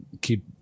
keep